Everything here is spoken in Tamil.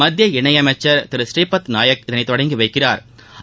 மத்திய இணைஅமைச்சா் திரு ஸ்ரீபத் நாயக் இதனைதொடங்கிவைக்கிறாா்